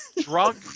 drunk